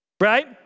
Right